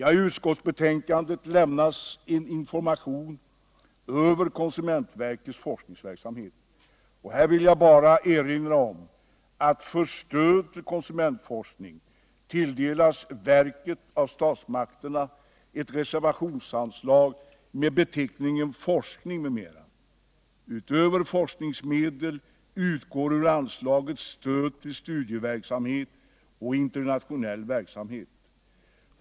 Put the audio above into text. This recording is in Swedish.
I utskottsbetänkandet lämnas en information om konsumentverkets forskningsverksamhet. Här vill jag bara erinra om att för stöd till konsumentforskning tilldelas verket av statsmakterna ett reservationsanslag med beteckningen ”Forskning m.m.” Utöver forskningsmedel utgår ur anslaget stöd till studieverksamhet och internationell verksamhet.